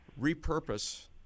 repurpose